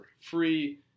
free